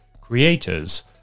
creators